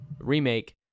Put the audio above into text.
remake